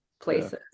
places